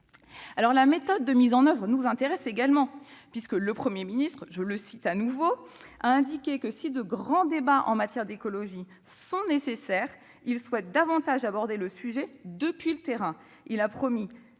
La méthode de mise en oeuvre nous intéresse également. Le Premier ministre, je le cite de nouveau, a indiqué que si de « grands débats » en matière d'écologie sont nécessaires, il souhaite davantage aborder le sujet depuis le terrain. Il a promis